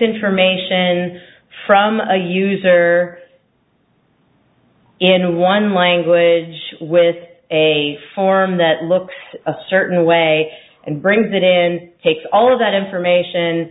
information from a user in one language with a form that looks a certain way and brings it in takes all of that information